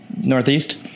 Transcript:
northeast